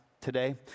today